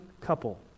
couple